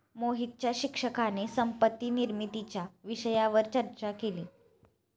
मोहितच्या शिक्षकाने संपत्ती निर्मितीच्या विषयावर चर्चा केली